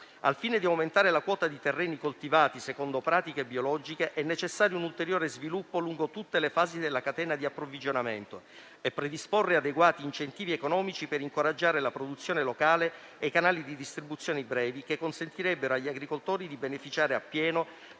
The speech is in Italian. Al fine di aumentare la quota di terreni coltivati secondo pratiche biologiche, è necessario un ulteriore sviluppo lungo tutte le fasi della catena di approvvigionamento e predisporre adeguati incentivi economici per incoraggiare la produzione locale e i canali di distribuzione brevi che consentirebbero agli agricoltori di beneficiare appieno